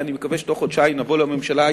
ואני מקווה שתוך חודשיים נבוא לממשלה,